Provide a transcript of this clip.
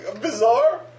bizarre